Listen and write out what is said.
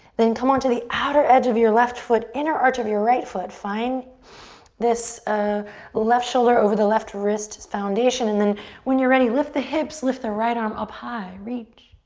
then come onto the outer edge of your left foot, inner arch of your right foot, find this left shoulder over the left wrist's foundation and then when you're ready, lift the hips, lift the right arm up high, reach.